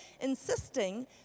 insisting